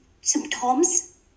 symptoms